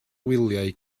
wyliau